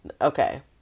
okay